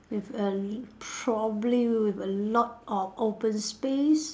with a probably with a lot of open space